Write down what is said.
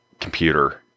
computer